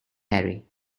harry